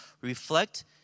reflect